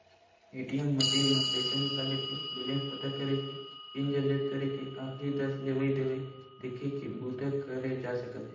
ATM machine म पइसा निकाले के, बेलेंस पता करे के, पिन जनरेट करे के, आखरी दस लेवइ देवइ देखे के बूता करे जा सकत हे